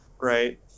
right